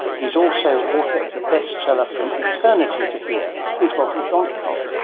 he is also author of the bestseller from eternity to here. please welcome sean carroll.